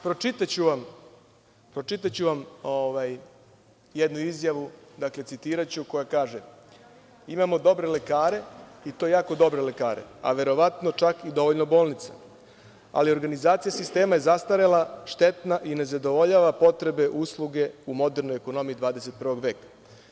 Pročitaću vam jednu izjavu, citiraću, koja kaže: „Imamo dobre lekare, i to jako dobre lekare, a verovatno čak i dovoljno bolnica, ali organizacija sistema je zastarela, štetna i ne zadovoljava potrebe usluge u modernoj ekonomiji 21. veka.